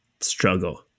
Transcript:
struggle